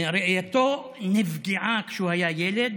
ראייתו נפגעה כשהוא היה ילד